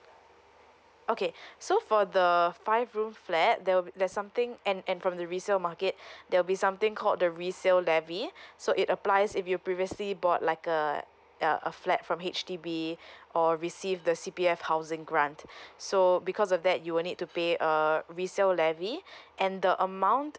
okay so for the five room flat there'll be there's something and and from the resale market there will be something called the resale levy so it applies if you previously bought like uh a a flat from H_D_B or received the C_P_F housing grant so because of that you will need to pay uh resale levy and the amount